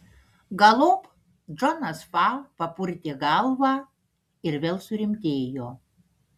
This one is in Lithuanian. galop džonas fa papurtė galvą ir vėl surimtėjo